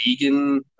vegan